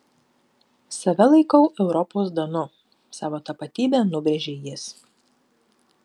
save laikau europos danu savo tapatybę nubrėžė jis